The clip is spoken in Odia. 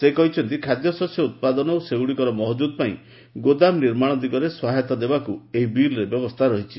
ସେ କହିଛନ୍ତି ଖାଦ୍ୟଶସ୍ୟ ଉତ୍ପାଦନ ଓ ସେଗୁଡ଼ିକର ମହକ୍କୁଦ ପାଇଁ ଗୋଦାମ ନିର୍ମାଣ ଦିଗରେ ସହାୟତା ଦେବାକୁ ଏହି ବିଲ୍ରେ ବ୍ୟବସ୍ଥା ରହିଛି